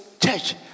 church